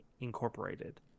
Incorporated